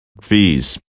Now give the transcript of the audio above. Fees